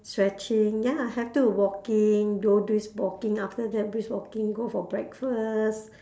stretching ya have to walking go brisk walking after that brisk walking go for breakfast